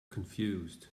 confused